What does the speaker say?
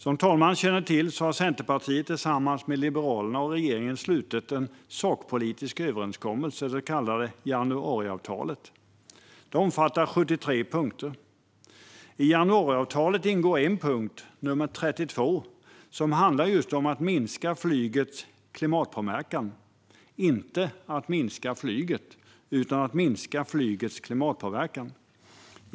Som talmannen känner till har Centerpartiet tillsammans med Liberalerna och regeringen slutit en sakpolitisk överenskommelse - det så kallade januariavtalet - som omfattar 73 punkter. I januariavtalet ingår en punkt, nr 32, som handlar just om att minska flygets klimatpåverkan. Denna punkt handlar inte om att minska flygandet utan om att minska flygets klimatpåverkan.